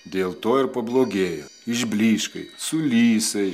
dėl to ir pablogėjo išblyškai sulysai